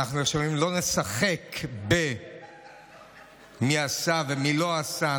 אנחנו, איך שאומרים, לא נשחק במי עשה ומי לא עשה.